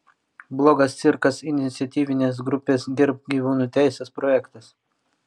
blogas cirkas iniciatyvinės grupės gerbk gyvūnų teises projektas